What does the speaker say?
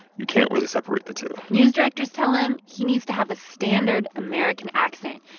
you can't really separate the two news directors tell him he needs to have a standard american accent,